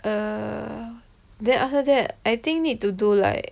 err then after that I think need to do like